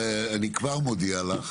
אני כבר מודיע לך